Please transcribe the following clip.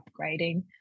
upgrading